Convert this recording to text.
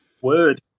word